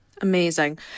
amazing